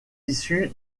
issu